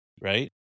right